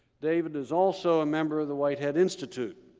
david is also a member of the whitehead institute,